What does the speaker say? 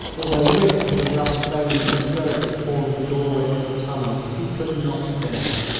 although which of the rough stones of its surface formed the doorway to the tunnel he could not guess.